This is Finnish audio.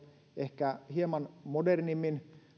ehkä jo hieman modernimmin